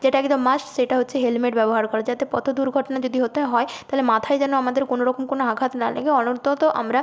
যেটা একদম মাস্ট সেটা হচ্ছে হেলমেট ব্যবহার করা যাতে পথ দুর্ঘটনা যদি হতে হয় তাহলে মাথায় যেন আমাদের কোনো রকম কোনো আঘাত না লাগে অন্তত আমরা